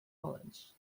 college